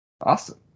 awesome